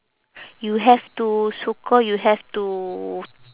you have to so call you have to